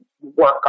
work